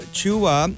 Chua